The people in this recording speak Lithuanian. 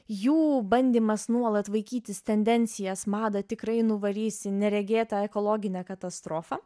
jų bandymas nuolat vaikytis tendencijas madą tikrai nuvarys į neregėtą ekologinę katastrofą